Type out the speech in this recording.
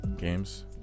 games